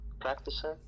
Practicing